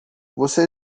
você